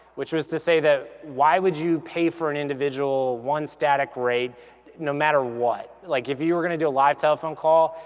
which was to say that why would you pay for an individual one static rate no matter what? like if you you were gonna do a live telephone call,